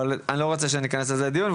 אני לא רוצה שניכנס לדיון על זה,